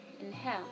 Inhale